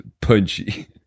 Punchy